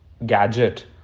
gadget